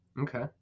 Okay